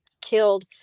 killed